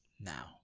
now